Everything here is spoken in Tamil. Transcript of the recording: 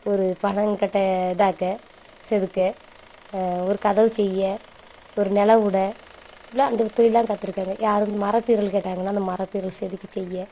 ஒரு பனங்கட்டை இதாக்க செதுக்க ஒரு கதவு செய்ய ஒரு நெலை விட ஃபுல்லாக அந்த தொழில் தான் கற்றுருக்காங்க யாரும் மரப்பீரோ கேட்டாங்கன்னால் அந்த மரப்பீரோ செதுக்கி செய்ய